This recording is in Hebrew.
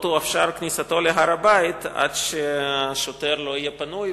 לא תאופשר כניסתו להר-הבית עד שהשוטר לא יהיה פנוי.